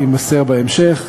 יימסר בהמשך,